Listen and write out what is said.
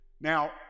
Now